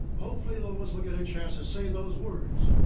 hopefully, lois will get a chance to say those words.